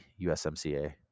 USMCA